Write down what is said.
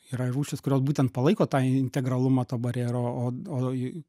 yra rūšys kurios būtent palaiko tą integralumą to barjero o o